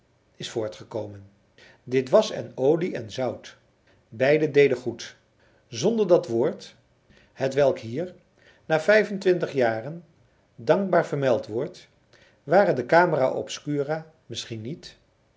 is voortgekomen dit was en olie en zout beide deden goed zonder dat woord hetwelk hier na vijfentwintig jaren dankbaar vermeld wordt ware de camera obscura misschien niet